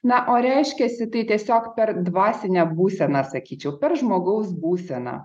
na o reiškiasi tai tiesiog per dvasinę būseną sakyčiau per žmogaus būseną